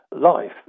life